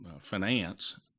finance